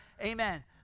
Amen